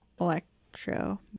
electro